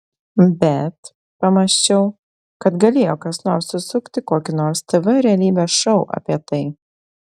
bet pamąsčiau kad galėjo kas nors susukti kokį nors tv realybės šou apie tai